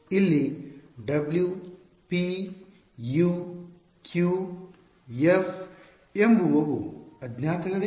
ಇಲ್ಲಿ W p U q f ಎಂಬುವವು ಅಜ್ಞಾತಗಳೇ